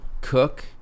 cook